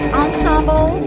ensemble